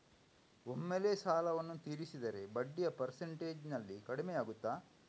ಒಮ್ಮೆಲೇ ಸಾಲವನ್ನು ತೀರಿಸಿದರೆ ಬಡ್ಡಿಯ ಪರ್ಸೆಂಟೇಜ್ನಲ್ಲಿ ಕಡಿಮೆಯಾಗುತ್ತಾ?